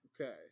Okay